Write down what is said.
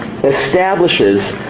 establishes